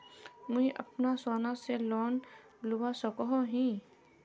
मुई अपना सोना से लोन लुबा सकोहो ही?